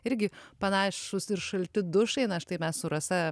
irgi panašūs ir šalti dušai na štai mes su rasa